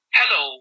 hello